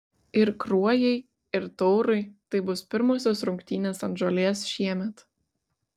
ir kruojai ir taurui tai bus pirmosios rungtynės ant žolės šiemet